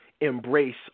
embrace